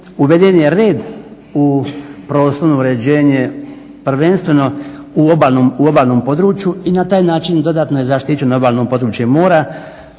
uveden je red u prostorno uređenje prvenstveno u obalnom području i na taj način dodatno je zaštićeno obalno područje mora.